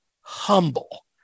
humble